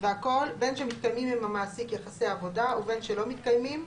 והכל בין שמתקיימים עם המעסיק יחסי עבודה ובין שלא מתקיימים,